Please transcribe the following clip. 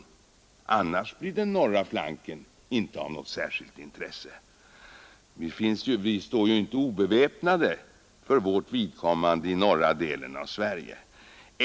Annars blir inte den norra flanken av något särskilt intresse. Vi står ju förresten inte obeväpnade i norra delen av Sverige.